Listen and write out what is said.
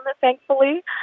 thankfully